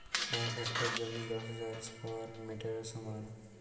এক হেক্টর জমি দশ হাজার স্কোয়ার মিটারের সমান